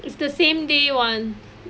it's the same day one